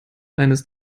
eines